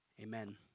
Amen